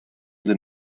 the